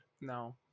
no